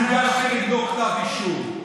יוגש נגדו כתב אישום.